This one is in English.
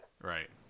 Right